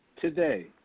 today